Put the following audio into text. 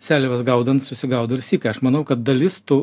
seliavas gaudant susigaudo ir sykai aš manau kad dalis tų